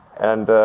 and,